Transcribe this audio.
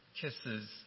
kisses